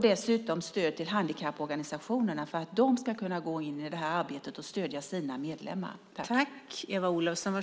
Dessutom ger vi stöd till handikapporganisationerna för att de ska kunna gå in i det här arbetet och stödja sina medlemmar.